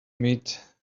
meet